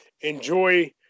Enjoy